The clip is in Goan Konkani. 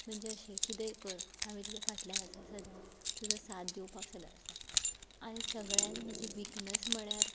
म्हणजें अशें कितेंय कर आमी तुज्या फाटल्यान आसा सदांच तुजो साथ दिवपाक सदांच आसा आनी सगळ्यान म्हजी विकनस म्हणल्यार